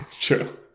true